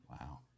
Wow